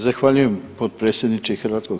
Zahvaljujem potpredsjedniče HS.